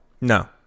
No